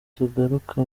tugaruka